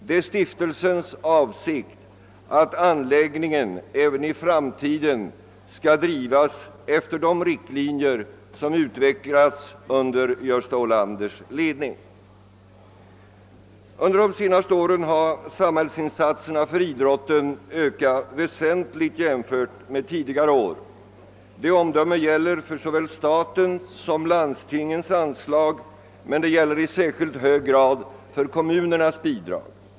Det är stiftelsens avsikt att anläggningen även i framtiden skall drivas efter de riktlinjer som utvecklats under Gösta Olanders ledning. Under de senaste åren har samhällsinsatserna för idrotten ökat väsentligt jämfört med tidigare år. Detta omdöme gäller för såväl statens som landstingens anslag, men det gäller i särskilt hög grad för kommunernas bidrag.